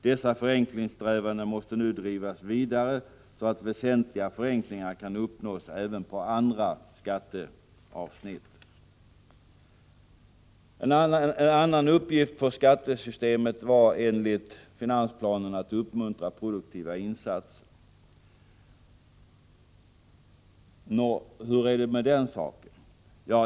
Dessa förenklingssträvanden måste nu drivas vidare, så att väsentliga förenklingar kan uppnås även på andra skatteavsnitt. En annan uppgift för skattesystemet var enligt finansplanen att uppmuntra produktiva insatser. Hur är det med den saken?